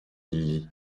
lit